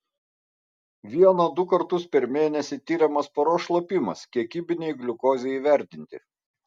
vieną du kartus per mėnesį tiriamas paros šlapimas kiekybinei gliukozei įvertinti